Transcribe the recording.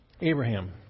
Abraham